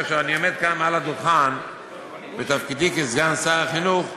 כאשר אני עומד כאן מעל הדוכן בתפקידי כסגן שר החינוך,